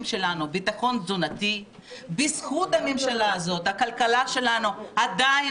שלנו ביטחון תזונתי; בזכות הממשלה הזאת הכלכלה שלנו עדיין